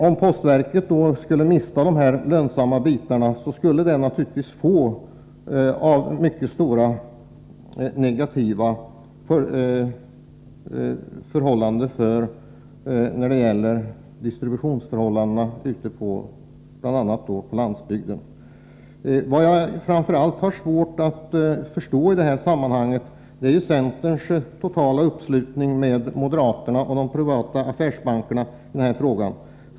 Om posten skulle mista de lönsamma bitarna, skulle det naturligtvis få mycket stora negativa konsekvenser för distributionen bl.a. på landsbygden. Vad som är svårast för mig att förstå i detta sammanhang är centerns totala uppslutning bakom moderaterna och de privata affärsbankerna i den här frågan.